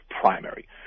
primary